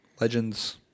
Legends